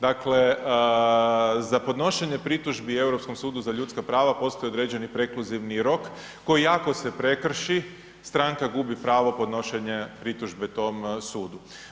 Dakle, za podnošenje pritužbi Europskom sudu za ljudska prava postoje određeni prekluzivni rok koji ako se prekrši stranka gubi pravo podnošenja pritužbe tom sudu.